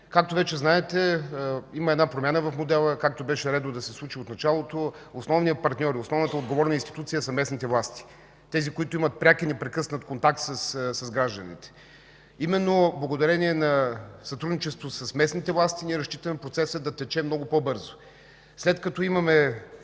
Както вече знаете, има една промяна в модела, както беше редно да се случи отначалото: основният партньор и основната отговорна институция са местните власти – тези, които имат пряк и непрекъснат контакт с гражданите. Именно благодарение на сътрудничеството с местните власти ние разчитаме процесът да тече много по-бързо, след като имаме